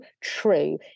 true